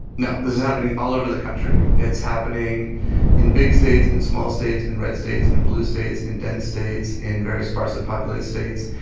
now, this is happening all over the country. it's happening in big states and small states, in red states and blue states in ten states, in very sparsely populated states.